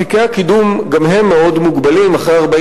אפיקי הקידום גם הם מאוד מוגבלים: אחרי 40